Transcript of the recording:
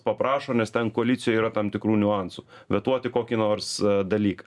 paprašo nes ten koalicijoj yra tam tikrų niuansų vetuoti kokį nors dalyką